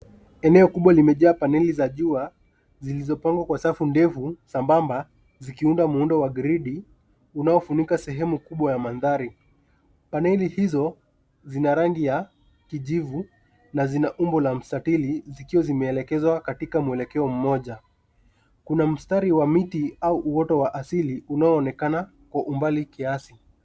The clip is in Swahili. Eneo kubwa limejaa paneli za jua zilizopangwa kwa safu ndefu sambamba zikiunda muundo wa gridi unaofunika sehemu kubwa ya mandhari. Paneli hizo zina rangi ya kijivu na zina umbo la mstatili zikiwa zimeelekezwa katika mmwelekeo mmoja. Kuna mstari wa miti au uoato wa asili unaoonekana kwa umbali kiasi.